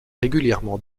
régulièrement